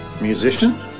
Musician